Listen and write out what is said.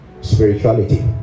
spirituality